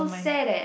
so sad eh